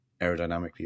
aerodynamically